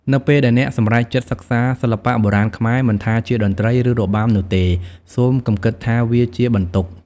នៅពេលដែលអ្នកសម្រេចចិត្តសិក្សាសិល្បៈបុរាណខ្មែរ មិនថាជាតន្ត្រី ឬរបាំនោះទេ សូមកុំគិតថាវាជាបន្ទុក។